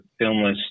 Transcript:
filmless